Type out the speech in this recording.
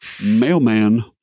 Mailman